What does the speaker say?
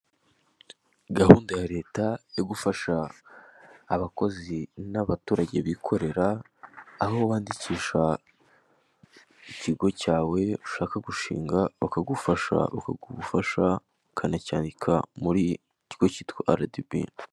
Gahunda ya leta yo gufasha abakozi n'abaturage bikorera aho wandikisha ikigo cyawe ushaka gushinga bakagufasha ukagugufasha ukanacyandika muri kigo cyitwa RDB.